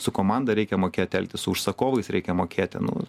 su komanda reikia mokėti elgtis su užsakovais reikia mokėti nu